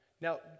Now